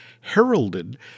heralded